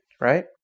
right